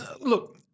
Look